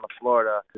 Florida